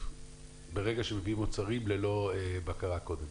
ברגע שמביאים מוצרים ללא בקרה קודם.